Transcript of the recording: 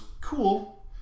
cool